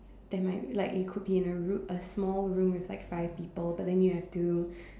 there might like you could be in a room a small room with like five people but then you have to